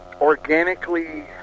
Organically